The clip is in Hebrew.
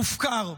מופקר.